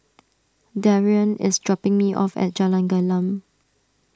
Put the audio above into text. Darrian is dropping me off at Jalan Gelam